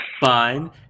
fine